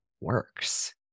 works